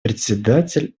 представитель